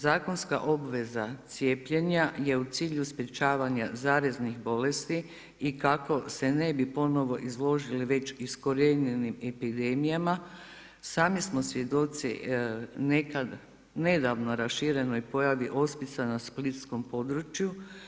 Zakonska obveza cijepljenja je u cilju sprječavanja zaraznih bolesti i kako se ne bi ponovo izložili već iskorijenjenim epidemijama, sami smo svjedoci nekad nedavno raširenoj pojavi ospica na splitskog području.